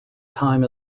time